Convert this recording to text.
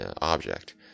object